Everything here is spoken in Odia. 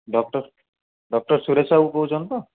ଡକ୍ଟର ଡକ୍ଟର ସୁରେଶ ବାବୁ କହୁଛନ୍ତି ତ